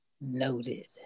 noted